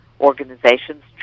organizations